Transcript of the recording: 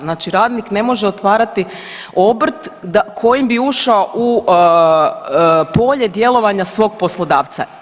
Znači radnik ne može otvarati obrt kojim bi ušao u polje djelovanja svog poslodavca.